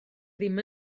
ddim